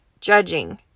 judging